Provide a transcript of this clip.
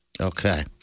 Okay